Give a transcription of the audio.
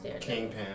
kingpin